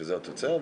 שזו התוצאה,